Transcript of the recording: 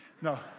No